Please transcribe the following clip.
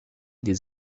des